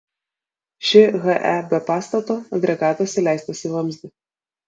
ši he be pastato agregatas įleistas į vamzdį